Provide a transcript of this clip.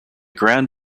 grand